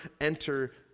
enter